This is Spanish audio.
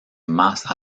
más